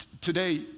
Today